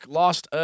lost